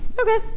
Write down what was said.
Okay